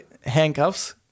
handcuffs